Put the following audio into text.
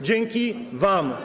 Dzięki wam.